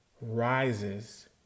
rises